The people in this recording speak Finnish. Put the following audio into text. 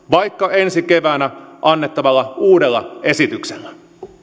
vaikka ensi keväänä annettavalla uudella esityksellä